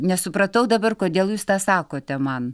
nesupratau dabar kodėl jūs tą sakote man